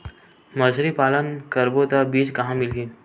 मछरी पालन करबो त बीज कहां मिलही?